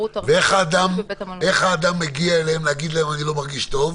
ואיך האדם מגיע אליהם כדי להגיד להם שהוא מרגיש לא טוב?